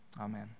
Amen